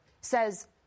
says